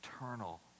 eternal